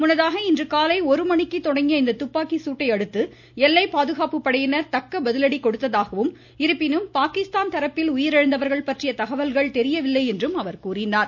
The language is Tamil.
முன்னதாக இன்று காலை ஒரு மணிக்கு தொடங்கிய இந்த துப்பாக்கி சூட்டையடுத்து எல்லை பாதுகாப்பு படையினர் தக்க பதிலடி கொடுத்ததாகவும் இருப்பினும் பாகிஸ்தான் தரப்பில் உயிரிழந்தவர்கள் பற்றிய தகவல்கள் தெரியவில்லை என்றும் அவர் கூறினார்